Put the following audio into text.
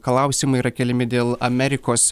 klausimai yra keliami dėl amerikos